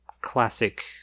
classic